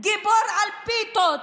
גיבור על פיתות,